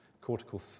cortical